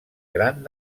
gran